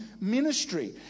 ministry